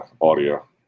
audio